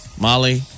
Molly